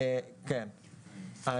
ברור.